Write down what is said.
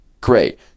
great